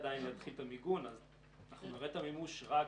עדיין לא התחיל המיגון אז אנחנו נראה את המימוש רק